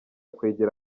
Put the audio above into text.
kwegera